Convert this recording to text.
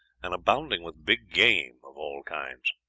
and abounding with big game of all kinds.